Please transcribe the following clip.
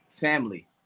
Family